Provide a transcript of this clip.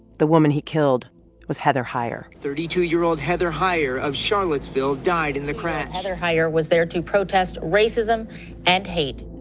the woman he killed was heather heyer thirty-two-year-old heather heyer of charlottesville died in the crash heather heyer was there to protest racism and hate